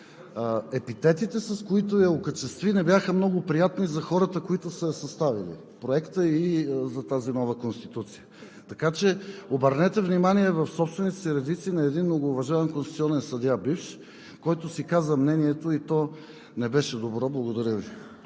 епитетите, с които я окачестви, не бяха много приятни за хората, които са съставили Проекта за тази нова Конституция. Така че обърнете внимание в собствените си редици на един многоуважаван бивш конституционен съдия, който си каза мнението и то не беше добро. Благодаря Ви.